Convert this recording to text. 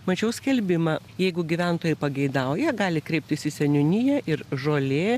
mačiau skelbimą jeigu gyventojai pageidauja gali kreiptis į seniūniją ir žolė